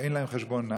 ואין להם חשבון בנק.